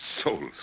souls